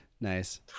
Nice